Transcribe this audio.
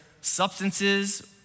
substances